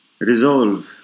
Resolve